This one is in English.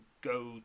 Go